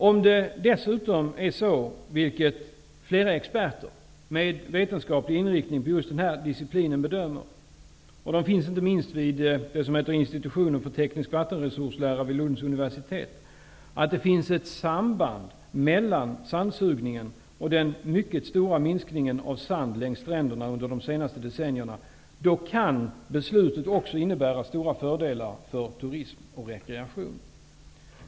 Om det dessutom är så som flera experter med vetenskaplig inriktning i just den här disciplinen bedömer -- och de finns inte minst vid Institutionen för teknisk vattenresurslära vid Lunds universitet -- att det finns ett samband mellan sandsugningen och den mycket stora minskningen av sand längs stränderna under de senaste decennierna, kan beslutet också innebära stora fördelar för turism och rekreation.